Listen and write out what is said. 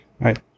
right